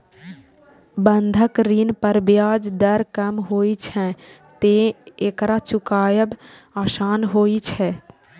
बंधक ऋण पर ब्याज दर कम होइ छैं, तें एकरा चुकायब आसान होइ छै